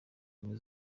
ubumwe